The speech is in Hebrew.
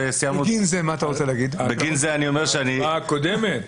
בהצבעה הקודמת?